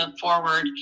forward